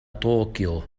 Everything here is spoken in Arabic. طوكيو